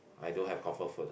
I don't have comfort food ah